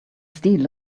steel